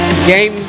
game